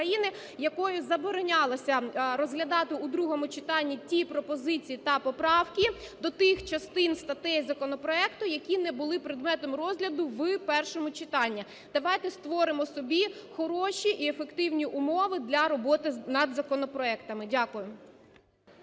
якою заборонялося розглядати у другому читанні ті пропозиції та поправки до тих частин статей законопроекту, які не були предметом розгляду в першому читанні. Давайте створимо собі хороші і ефективні умови для роботи над законопроектами. Дякую.